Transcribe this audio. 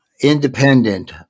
independent